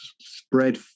spread